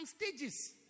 stages